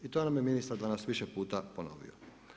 I to nam je ministar danas više puta ponovio.